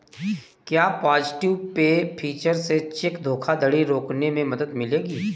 क्या positive pay feature से check धोखाधड़ी रोकने में मदद मिलेगी?